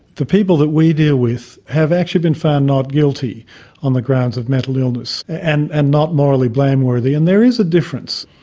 the people that we deal with have actually been found not guilty on the grounds of mental illness and and not morally blameworthy, and there is a difference.